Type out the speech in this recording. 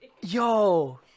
Yo